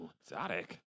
exotic